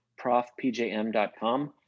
profpjm.com